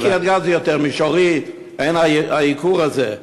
הרי קריית-גת היא יותר מישורית, אין הייקור הזה.